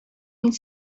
мин